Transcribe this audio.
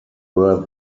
were